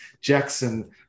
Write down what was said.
Jackson